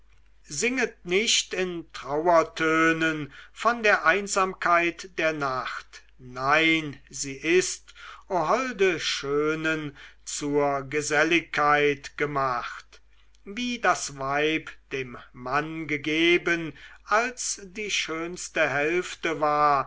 singet nicht in trauertönen von der einsamkeit der nacht nein sie ist o holde schönen zur geselligkeit gemacht wie das weib dem mann gegeben als die schönste hälfte war